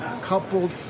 coupled